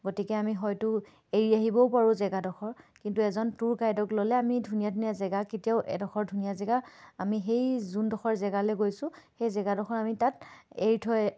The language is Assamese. গতিকে আমি হয়তো এৰি আহিবও পাৰোঁ জেগাডোখৰ কিন্তু এজন টুৰ গাইডক ল'লে আমি ধুনীয়া ধুনীয়া জেগা কেতিয়াও এডোখৰ ধুনীয়া জেগা আমি সেই যোনডোখৰ জেগালৈ গৈছোঁ সেই জেগাডোখৰ আমি তাত এৰি থৈ